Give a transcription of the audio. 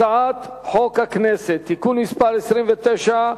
הצעת חוק הכנסת (תיקון מס' 29)